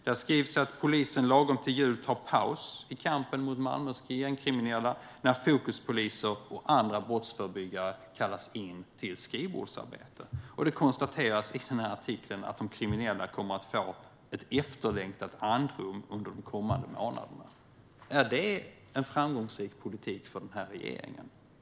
Där skrivs att polisen lagom till jul tar paus i kampen mot Malmös gängkriminella när fokuspoliser och andra brottsförebyggare kallas in till skrivbordsarbete. Det konstateras i artikeln att de kriminella kommer att få ett efterlängtat andrum under de kommande månaderna. Är det en framgångsrik politik för regeringen?